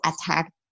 attack